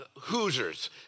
Hoosiers